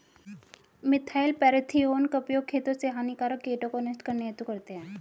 methyl parathion का उपयोग खेतों से हानिकारक कीटों को नष्ट करने हेतु करते है